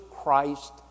Christ